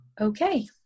Okay